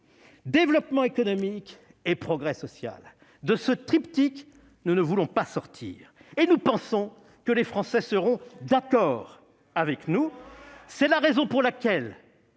développement économique et progrès social. De ce triptyque, nous ne voulons pas sortir. Et nous pensons que les Français seront d'accord avec nous. C'est trop d'honneur ! C'est